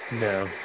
No